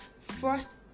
first